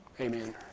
Amen